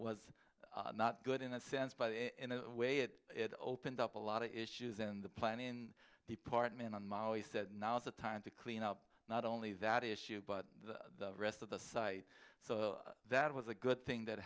was not good in a sense by the way it it opened up a lot of issues in the plan in department on maui said now's the time to clean up not only that issue but the rest of the site so that was a good thing that